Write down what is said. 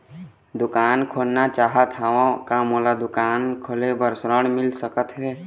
दुकान खोलना चाहत हाव, का मोला दुकान खोले बर ऋण मिल सकत हे?